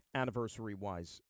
anniversary-wise